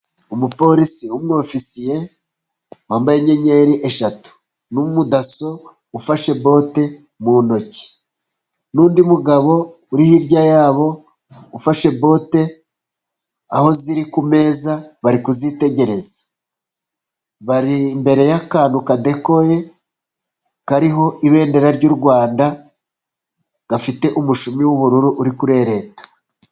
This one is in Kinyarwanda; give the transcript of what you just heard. Umuporisi w'umu ofisiye wambaye inyenyeri eshatu, n'umudaso ufashe bote mu ntoki, n'undi mugabo uri hirya yabo ufashe bote aho ziri ku meza bari kuzitegereza. Bari imbere y'akantu kadekoye kariho ibendera ry'u Rwanda gafite umushumi w'ubururu uri kurereta.